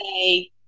say